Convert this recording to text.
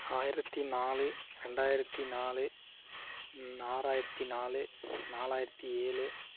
ஆயிரத்து நாலு ரெண்டாயிரத்து நாலு ஆறாயிரத்து நாலு நாலாயிரத்து ஏழு